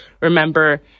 Remember